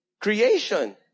creation